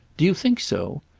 do you think so?